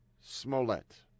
Smollett